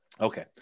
Okay